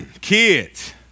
kids